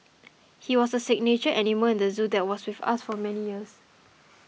he was a signature animal in the zoo that was with us for many years